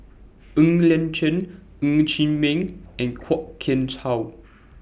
Ng Liang Chiang Ng Chee Meng and Kwok Kian Chow